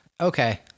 okay